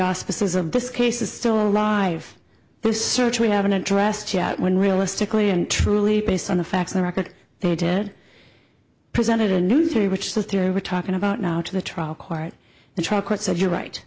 auspices of this case is still alive the search we haven't addressed yet when realistically and truly based on the facts of the record they did presented a new theory which the theory we're talking about now to the trial court the trial court said you're right